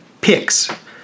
picks